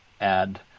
add